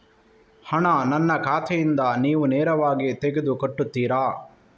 ಹಣ ನನ್ನ ಖಾತೆಯಿಂದ ನೀವು ನೇರವಾಗಿ ತೆಗೆದು ಕಟ್ಟುತ್ತೀರ?